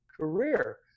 career